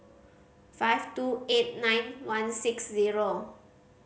five two eight nine one six zero